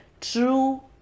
true